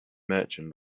merchant